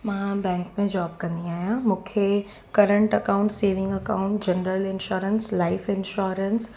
मां बैंक में जॉब कंदी आहियां मूंखे current accounts saving accounts general insurance life insurance